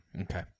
Okay